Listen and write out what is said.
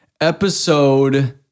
episode